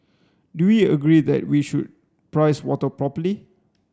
do we agree that we should price water properly